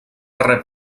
rep